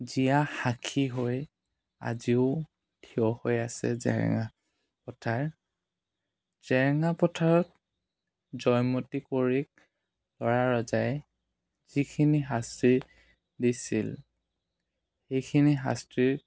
জীয়া সাক্ষী হৈ আজিও থিয় হৈ আছে জেৰেঙা পথাৰ জেৰেঙা পথাৰত জয়মতী কুঁৱৰীক ল'ৰা ৰজাই যিখিনি শাস্তি দিছিল সেইখিনি শাস্তিৰ